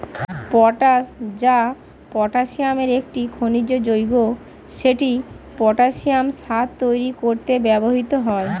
potash, যা পটাসিয়ামের একটি খনিজ যৌগ, সেটি পটাসিয়াম সার তৈরি করতে ব্যবহৃত হয়